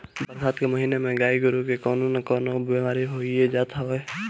बरसात के महिना में गाई गोरु के कवनो ना कवनो बेमारी होइए जात हवे